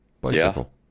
Bicycle